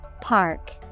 park